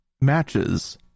matches